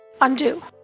undo